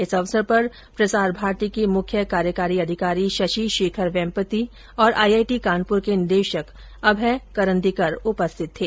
इस अवसर पर प्रसार भारती के मुख्य कार्यकारी अधिकारी शशि शेखर वेम्पत्ति और आई आई टी कानपुर के निदेशक अभय करंदीकर उपस्थित थे